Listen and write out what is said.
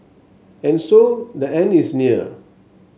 and so the end is near